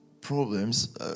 problems